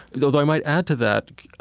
though though i might add to that,